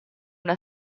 una